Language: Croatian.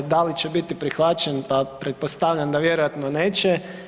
Da li će biti prihvaćen, pa pretpostavljam da vjerojatno neće.